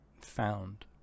found